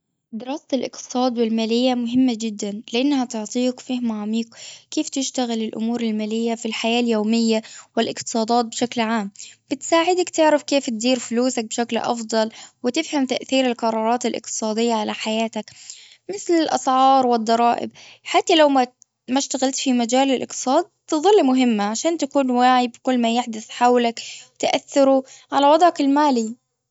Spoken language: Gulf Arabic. دراسة الأقتصاد والمالية مهمة جدا لأنها تعطيك فهم عميق كيف تشتغل الأمور المالية في الحياة اليومية والأقتصادات بشكل عام. بتساعدك تعرف كيف تدير فلوسك بشكل أفضل وتفهم تأثير القرارات الأقتصادية على حياتك. مثل الأسعار والضرائب. حتى لو ما في مجال الأقتصاد تظل مهمة عشان تكون واعي بكل ما يحدث حولك تأثره على وضعك المالي.